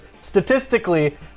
Statistically